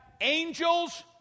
angels